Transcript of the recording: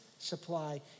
Supply